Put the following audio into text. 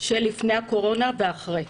מלפני הקורונה ואחריה.